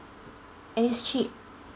and it's cheap